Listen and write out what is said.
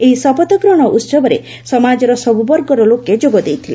ଏହି ଶପଥ ଗ୍ରହଣ ଉତ୍ସବରେ ସମାଜର ସବୁ ବର୍ଗର ଲୋକେ ଯୋଗଦେଇଥିଲେ